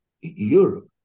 Europe